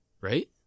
right